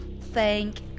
Thank